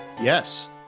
Yes